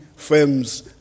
firms